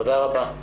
תודה רבה.